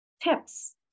tips